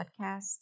Podcasts